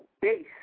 base